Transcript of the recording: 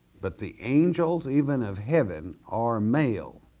but the angels even of heaven are male.